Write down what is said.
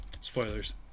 Spoilers